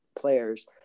players